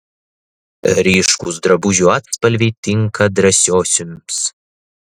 ryškūs drabužių atspalviai tinka drąsiosioms